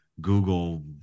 google